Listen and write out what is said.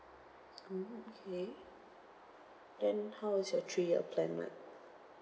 mm okay then how is your three year plan like